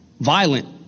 Violent